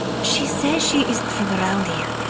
she says she isn't from around here.